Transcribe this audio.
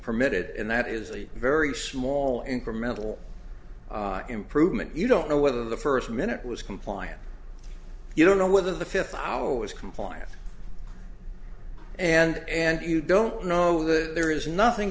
permitted and that is the very small incremental improvement you don't know whether the first minute was compliant you don't know whether the fifth hour was compliant and and you don't know that there is nothing